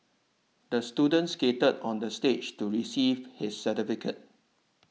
the student skated onto the stage to receive his certificate